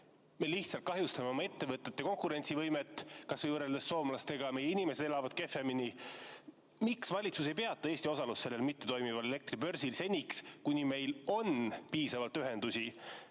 Me lihtsalt kahjustame oma ettevõtete konkurentsivõimet. Kas või võrreldes soomlastega meie inimesed elavad kehvemini. Miks valitsus ei peata Eesti osalust sellel mittetoimival elektribörsil seniks, kuni meil on piisavalt ühendusi,